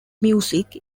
music